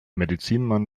medizinmann